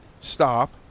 stop